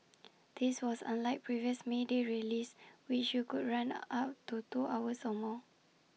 this was unlike previous may day rallies which could run up to two hours or more